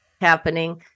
happening